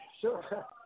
sure